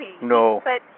No